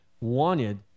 wanted